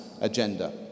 agenda